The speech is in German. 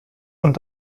und